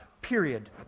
period